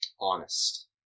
honest